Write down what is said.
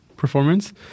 performance